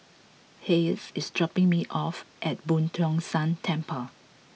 Hayes is dropping me off at Boo Tong San Temple